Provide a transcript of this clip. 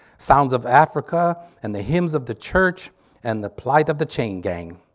sounds of africa and the hymns of the church and the plight of the chain gang.